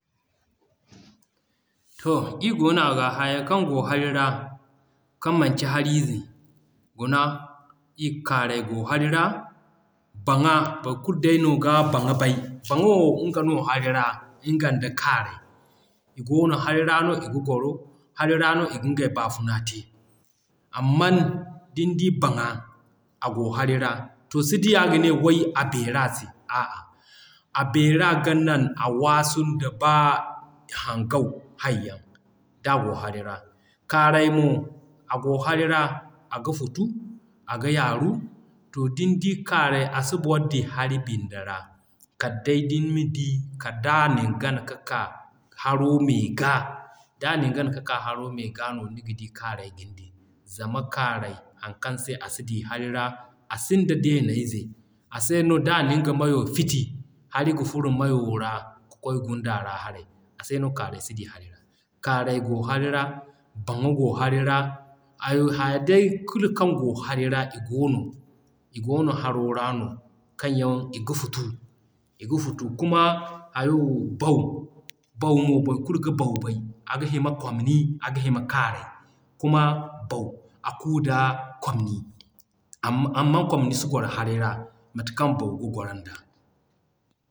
To, ii goono aga yaha kaŋ goo hari ra kaŋ manci hari ze. Guna kaaray go hari ra, baŋa boro kulu day no ga baŋa bay. Baŋa no nga no hari ra nga da kaaray i goono hari ra no iga goro, hari ra no iga ngey baafuna te. Amman din di baŋa a goo hari ra, to si diya ka ne way a beera se a'a. A beera ga nan a waasun da baa haŋgaw hayyaŋ d'a goo hari ra. Kaaray mo, a goo hari ra: aga futu, aga yaaru, to din di kaaray a si boro di hari bindi ra, kal day din di kal d'a nin gana ka ka haro megaa. D'a nin gana ka haro megaa no niga di kaaray gine di. Zama kaaray haŋ kaŋ se a si di hari ra, a sinda deeney ze. A se no d'a nga meyo fiti, hari ga furo mayo ra ka kwaay gunda ra haray. A se no kaaray si di hari ra. Kaaray go hari ra, Baŋa go hari ra, hayo hay day kulu kaŋ goo hari ra goono, i goono haro ra no kaŋ yaŋ i ga futu, i ga futu. Kuma hayo Baw, Baw mo boro kulu ga Baw bay. Aga hima Komni aga hima Kaaray, kuma Baw a kuu da Komni amma Komni si gooro hari ra mate kaŋ Baw ga goron da.